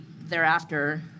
thereafter